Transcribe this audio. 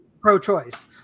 pro-choice